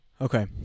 Okay